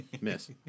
Miss